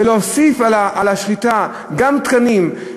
ולהוסיף לשחיטה גם תקנים,